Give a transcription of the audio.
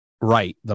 right